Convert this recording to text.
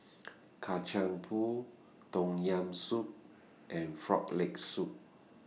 Kacang Pool Tom Yam Soup and Frog Leg Soup